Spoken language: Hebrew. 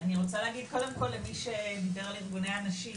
אני רוצה להגיד קודם כל למי שדיבר על ארגוני הנשים,